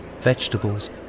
vegetables